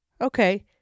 Okay